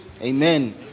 Amen